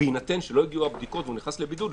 בהינתן שלא הגיעו הבדיקות והוא נכנס לבידוד,